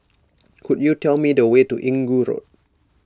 could you tell me the way to Inggu Road